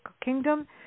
Kingdom